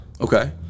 okay